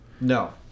No